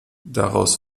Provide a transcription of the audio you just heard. daraus